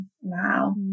Wow